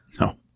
No